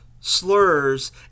slurs